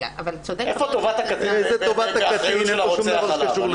איפה טובת הקטין ובאחריות של הרוצח עליו?